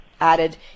added